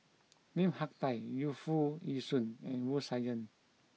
Lim Hak Tai Yu Foo Yee Shoon and Wu Tsai Yen